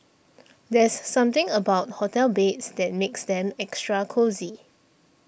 there's something about hotel beds that makes them extra cosy